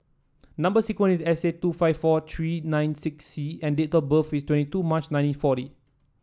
number sequence is S eight two five four three nine six C and date of birth is twenty two March nineteen forty